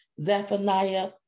Zephaniah